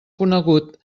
conegut